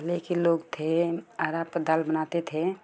पहले के लोग थे आरा प दाल बनाते थे